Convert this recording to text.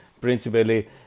principally